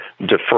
defer